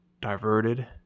diverted